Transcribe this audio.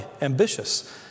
ambitious